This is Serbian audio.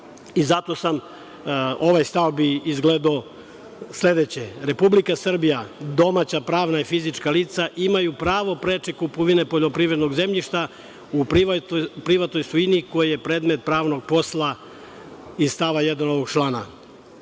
Srbija. Ovaj stav bi izgledao ovako – Republika Srbija, domaća, pravna i fizička lica imaju pravo preče kupovine poljoprivrednog zemljišta u privatnoj svojini koja je predmet pravnog posla iz stava 1. ovog člana.